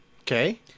Okay